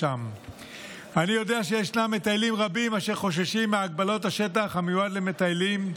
אני יודע שישנם מטיילים רבים אשר חוששים מהגבלות השטח המיועד למטיילים,